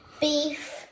beef